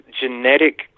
genetic